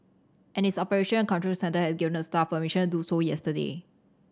and its operation control centre had given the staff permission to do so yesterday